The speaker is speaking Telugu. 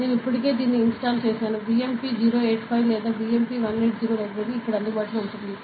నేను ఇప్పటికే దీన్ని ఇన్స్టాల్ చేసాను BMP 085 లేదా BMP 180 లైబ్రరీ ఇక్కడ అందుబాటులో ఉంది